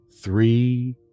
three